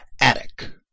attic